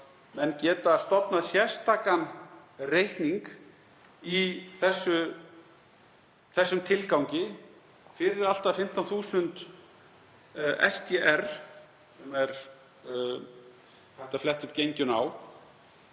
menn geta stofnað sérstakan reikning í þessum tilgangi fyrir allt að 15.000 SDR, sem er hægt að fletta upp genginu á,